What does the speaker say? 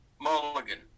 Mulligan